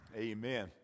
Amen